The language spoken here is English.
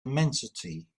immensity